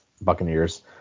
Buccaneers